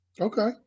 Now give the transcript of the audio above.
Okay